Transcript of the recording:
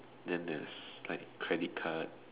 then there's like credit card